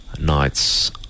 nights